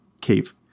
cave